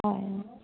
হয়